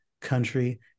country